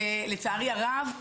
ולצערי הרב,